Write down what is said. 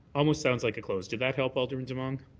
almost sounds like a close. did that help, alderman demong?